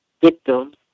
victims